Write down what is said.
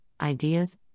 Ideas